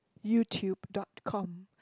YouTube dot com